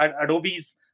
Adobe's